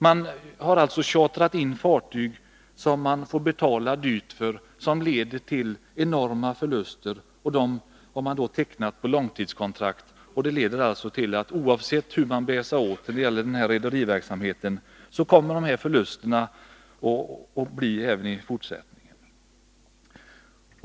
Man har alltså chartrat in fartyg — på långtidskontrakt — som man får betala dyrt för, vilket leder till enorma förluster. Oavsett hur man bär sig åt, kommer det att uppstå förluster på rederiverksamheten även i fortsättningen.